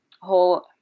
whole